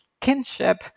kinship